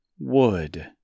Wood